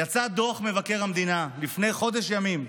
יצא דוח מבקר המדינה לפני חודש ימים.